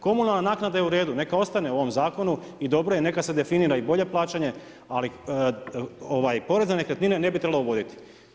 Komunalna naknada je u redu, neka ostane u ovom zakonu i dobro neka se definira i bolje plaćanje, ali porez na nekretnine, ne bi trebalo uvoditi.